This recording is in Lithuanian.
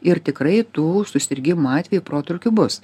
ir tikrai tų susirgimo atvejų protrūkių bus